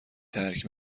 ترک